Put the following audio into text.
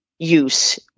use